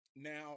Now